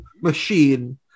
machine